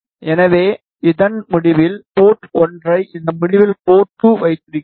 எனவே இதன் முடிவில் போர்ட் 1 ஐ இந்த முடிவில் போர்ட் 2 வைத்திருக்கிறீர்கள்